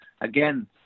again